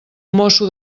mosso